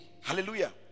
Hallelujah